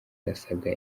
arasabwa